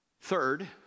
Third